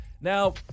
Now